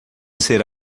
ser